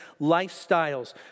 lifestyles